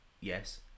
Yes